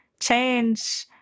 change